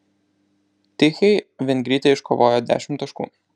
tichei vengrytė iškovojo dešimt taškų